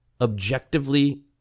objectively